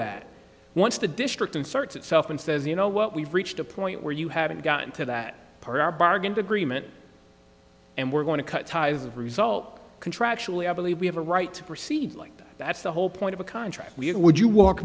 that once the district inserts itself and says you know what we've reached a point where you haven't gotten to that part of our bargain agreement and we're going to cut ties of result contractually i believe we have a right to proceed like that's the whole point of a contract we would you walk